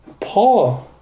Paul